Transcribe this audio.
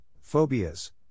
phobias